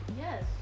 Yes